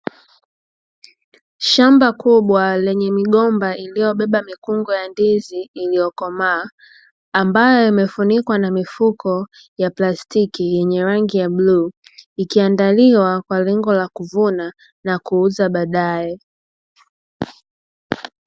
Shamba kubwa lenye migomba iliyobeba mikungu ya ndizi iliyokomaa ambayo imefunikwa na mifuko ya plastiki yenye rangi ya bluu ikiandaliwa kwa lengo la kuvuna na kuuza baadae.